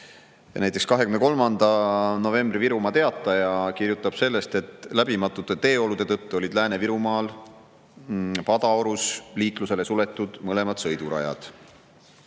Näiteks 23. novembri Virumaa Teataja kirjutab, et läbimatute teeolude tõttu olid Lääne-Virumaal Padaorus liiklusele suletud mõlemad sõidurajad.